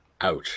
Ouch